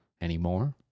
anymore